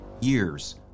years